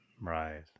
right